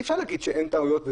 אי-אפשר להגיד שאין טעויות,